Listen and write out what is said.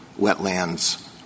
wetlands